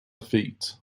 feet